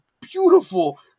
beautiful